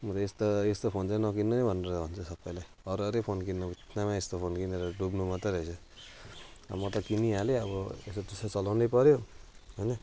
म त यस्ता यस्तो फोन चाहिँ नकिन्नु है भनेर भन्छु सबैलाई अरू अरू फोन किन्नु बित्थामा यस्तो फोन किनेर डुब्नु मात्रै रहेछ अब म त किनिहालेँ अब जसोतसो चलाउनै पऱ्यो हैन